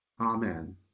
Amen